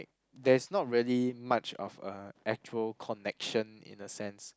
there's not really much of uh actual connection in a sense